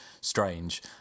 strange